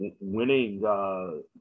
winning